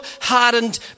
hardened